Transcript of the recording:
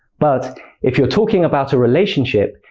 but if you're talking about a relationship,